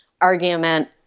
argument